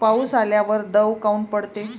पाऊस आल्यावर दव काऊन पडते?